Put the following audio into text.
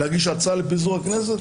להגיש הצעה לפיזור הכנסת,